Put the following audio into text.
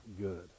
good